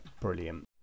brilliant